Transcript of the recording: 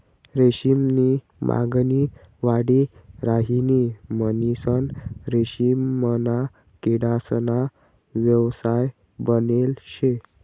रेशीम नी मागणी वाढी राहिनी म्हणीसन रेशीमना किडासना व्यवसाय बनेल शे